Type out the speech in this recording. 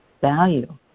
value